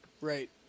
right